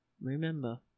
remember